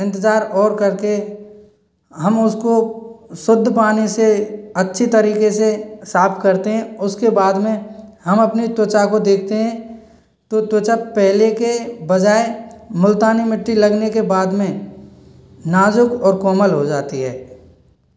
इंतजार और करके हम उसको शुद्ध पानी से अच्छी तरीके से साफ करते हैं उसके बाद में हम अपनी त्वचा को देखते हैं तो त्वचा पहले के बजाय मुल्तानी मिट्टी लगने के बाद में नाज़ुक और कोमल हो जाती है